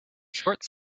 short